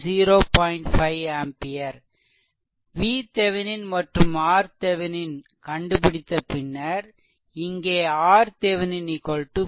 5 ampere VThevenin மற்றும் RThevenin கண்டுபிடித்த பின்னர் இங்கே RThevenin 4 Ω